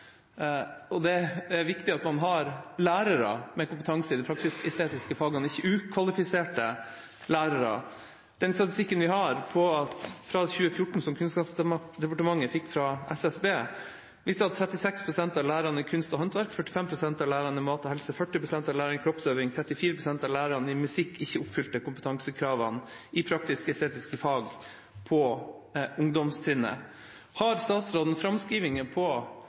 og ikke ukvalifiserte lærere. Statistikken fra 2014 som Kunnskapsdepartementet fikk fra Statistisk sentralbyrå, viste at 36 pst. av lærerne i kunst og håndverk, 45 pst. av lærerne i mat og helse, 40 pst. av lærerne i kroppsøving og 34 pst. av lærerne i musikk ikke fylte kompetansekravene i praktisk-estetiske fag på ungdomstrinnet. Har statsråden framskrivinger på